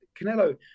Canelo